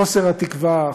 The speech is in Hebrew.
חוסר התקווה,